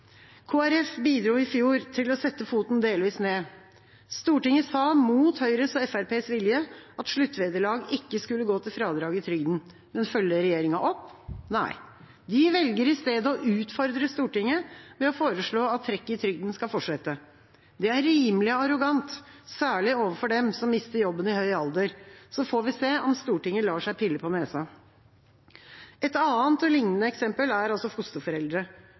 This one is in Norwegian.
bidro i fjor til å sette foten delvis ned. Stortinget sa, mot Høyres og Fremskrittspartiets vilje, at sluttvederlag ikke skulle gå til fradrag i trygden. Men følger regjeringa opp? Nei, de velger i stedet å utfordre Stortinget ved å foreslå at trekket i trygden skal fortsette. Det er rimelig arrogant, særlig overfor dem som mister jobben i høy alder. Så får vi se om Stortinget lar seg pille på nesen. Et annet og lignende eksempel er fosterforeldre.